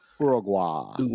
Uruguay